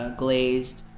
ah glazed.